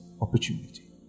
opportunity